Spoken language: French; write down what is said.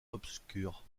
obscure